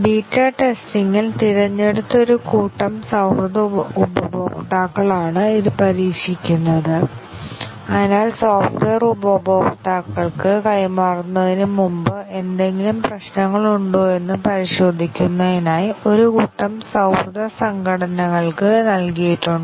beta ടെസ്റ്റിങ്ൽ തിരഞ്ഞെടുത്ത ഒരു കൂട്ടം സൌഹൃദ ഉപഭോക്താക്കളാണ് ഇത് പരീക്ഷിക്കുന്നത് അതിനാൽ സോഫ്റ്റ്വെയർ ഉപഭോക്താക്കൾക്ക് കൈമാറുന്നതിനുമുമ്പ് എന്തെങ്കിലും പ്രശ്നങ്ങളുണ്ടോയെന്ന് പരിശോധിക്കുന്നതിനായി ഒരു കൂട്ടം സൌഹൃദ സംഘടനകൾക്ക് നൽകിയിട്ടുണ്ട്